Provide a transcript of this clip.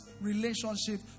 relationship